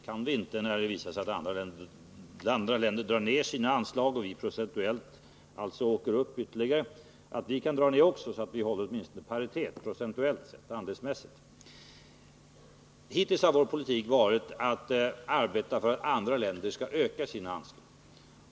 Kan inte Sverige, när andra länder minskar sina anslag och Sverige alltså kommer upp ytterligare procentuellt, också minska anslagen så att Sverige åtminstone behåller pariteten andelsmässigt? Hittills har vår politik varit att arbeta för att andra länder skall öka sina anslag.